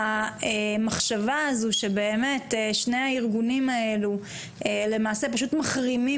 המחשבה ששני הארגונים למעשה פשוט מחרימים